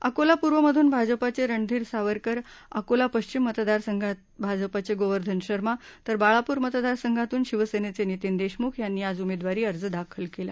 अकोला पूर्व मधून भाजपाचे रणधीर सावरकर अकोला पश्चिम मतदारसंघाचे भाजपाचे गोवर्धन शर्मा तर बाळापूर मतदार संघातून शिवसेनेचे नितीन देशमुख यांनी आज उमेदवारी अर्ज दाखल केला